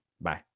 Bye